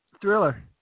Thriller